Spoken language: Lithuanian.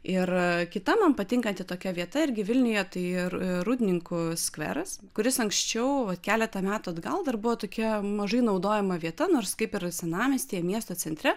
ir kita man patinkanti tokia vieta irgi vilniuje tai ir rūdninkų skveras kuris anksčiau vat keletą metų atgal dar buvo tokia mažai naudojama vieta nors kaip ir senamiestyje miesto centre